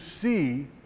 see